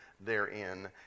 therein